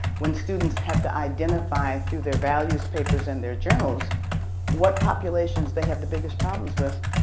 when students have to identify through their values papers and their journals what populations they have the biggest problems with,